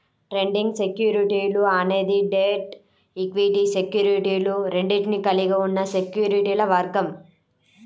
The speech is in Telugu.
ట్రేడింగ్ సెక్యూరిటీలు అనేది డెట్, ఈక్విటీ సెక్యూరిటీలు రెండింటినీ కలిగి ఉన్న సెక్యూరిటీల వర్గం